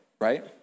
right